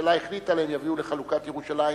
שהממשלה החליטה עליהם יביאו לחלוקת ירושלים,